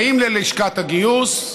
באים ללשכת הגיוס,